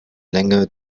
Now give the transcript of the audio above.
länge